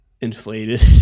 inflated